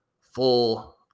full